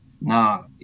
now